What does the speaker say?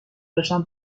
داشتم